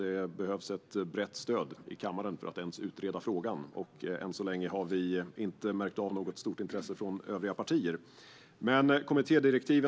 Det behövs ett brett stöd i kammaren för att ens utreda frågan, och än så länge har vi inte märkt av något stort intresse från övriga partier. Men det behövs som sagt en parlamentarisk kommitté för att utreda detta.